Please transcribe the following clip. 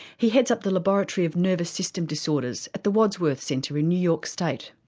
he heads up the laboratory of nervous system disorders at the wadsworth centre in new york state.